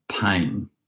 pain